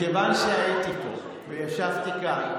מכיוון שהייתי פה וישבתי כאן,